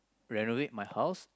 renovate my house